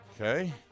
Okay